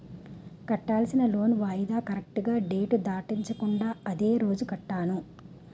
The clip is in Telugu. కట్టాల్సిన లోన్ వాయిదా కరెక్టుగా డేట్ దాటించకుండా అదే రోజు కట్టాను